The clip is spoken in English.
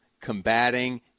combating